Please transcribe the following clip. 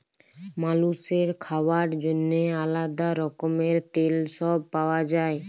মালুসের খাওয়ার জন্যেহে আলাদা রকমের তেল সব পাওয়া যায়